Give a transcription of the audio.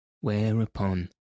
whereupon